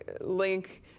link